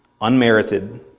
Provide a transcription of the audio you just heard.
Unmerited